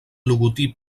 logotip